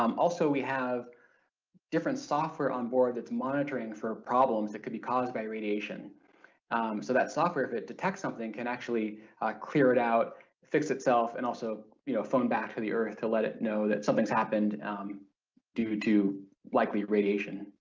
um also we have different software on board that's monitoring for problems that could be caused by radiation so that software if it detects something can actually clear it out fix itself and also you know phone back to the earth to let it know that something's happened um due to likely radiation.